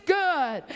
good